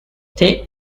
they